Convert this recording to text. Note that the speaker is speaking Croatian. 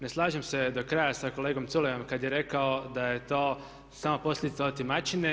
Ne slažem se do kraja sa kolegom Culejom kad je rekao da je to samo posljedica otimačine.